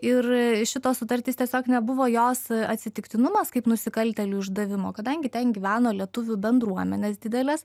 ir šitos sutartys tiesiog nebuvo jos atsitiktinumas kaip nusikaltėlių išdavimo kadangi ten gyveno lietuvių bendruomenės didelės